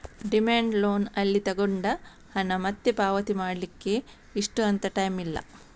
demand loan ಅಲ್ಲಿ ತಗೊಂಡ ಹಣ ಮತ್ತೆ ಪಾವತಿ ಮಾಡ್ಲಿಕ್ಕೆ ಇಷ್ಟು ಅಂತ ಟೈಮ್ ಇಲ್ಲ